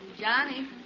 Johnny